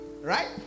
right